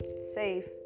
safe